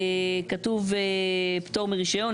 כתוב "פטור מרישיון,